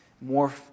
more